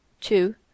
Two